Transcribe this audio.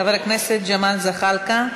חבר הכנסת ג'מאל זחאלקה,